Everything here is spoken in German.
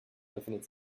befindet